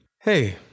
Hey